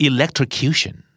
Electrocution